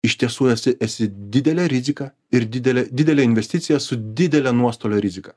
iš tiesų esi esi didelė rizika ir didelė didelė investicija su didele nuostolio rizika